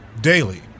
daily